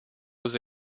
was